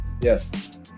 Yes